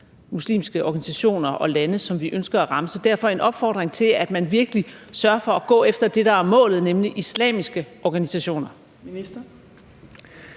muslimske organisationer og lande, som vi ønsker at ramme. Så derfor vil jeg opfordre til, at man virkelig sørger for at gå efter det, der er målet, nemlig islamiske organisationer.